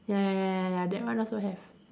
ya ya ya ya ya ya that one also have